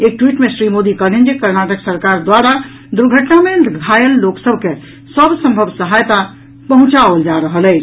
एक ट्वीट मे श्री मोदी कहलनि जे कर्नाटक सरकार द्वारा दुर्घटना मे घायल लोक सभ के सभ संभव सहायत पहुंचाओल जा रहल अछि